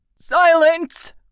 Silence